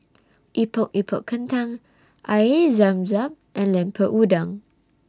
Epok Epok Kentang Air Zam Zam and Lemper Udang